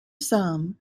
some